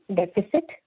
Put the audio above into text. deficit